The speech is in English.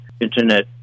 Internet